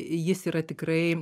jis yra tikrai